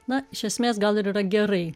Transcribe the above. na iš esmės gal ir yra gerai